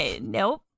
Nope